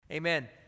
Amen